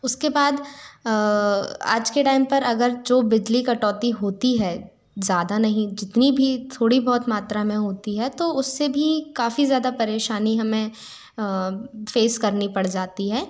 उसके बाद आज के टाइम पर अगर जो बिजली कटौती होती है ज़्यादा नहीं जितनी भी थोड़ी बहुत मात्रा में होती है तो उससे भी काफ़ी ज़्यादा परेशानी हमें फ़ेस करनी पड़ जाती है